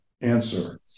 answer